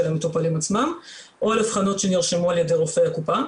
המטופלים עצמם או על אבחנות שנרשמו על ידי רופאי הקופה,